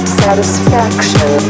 satisfaction